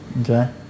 Okay